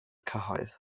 cyhoedd